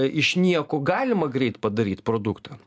iš nieko galima greit padaryt produktą